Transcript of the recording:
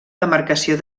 demarcació